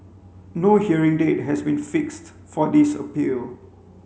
no hearing date has been fixed for this appeal